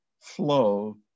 flow